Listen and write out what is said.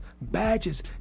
badges